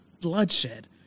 bloodshed